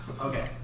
Okay